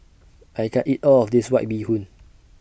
I can't eat All of This White Bee Hoon